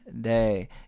day